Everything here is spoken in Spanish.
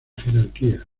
jerarquía